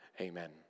Amen